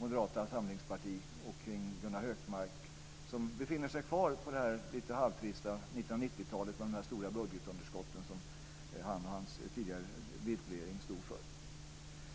Moderata samlingspartiet och Gunnar Hökmark. De befinner sig kvar på det lite halvtrista 1990-talet med de stora budgetunderskotten som han och den tidigare Bildtregeringen stod för.